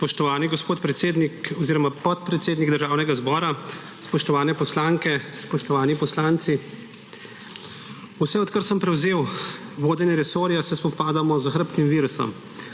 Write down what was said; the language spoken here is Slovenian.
Spoštovani gospod podpredsednik Državnega zbora, spoštovane poslanke, spoštovani poslanci! Vse od kar sem prevzel vodenje resorja, se spopadamo z zahrbtnim virusom,